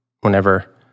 whenever